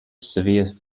severe